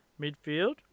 midfield